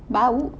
bau